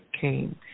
came